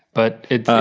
but it's